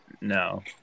No